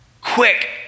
Quick